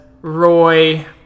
Roy